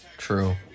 True